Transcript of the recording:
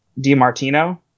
DiMartino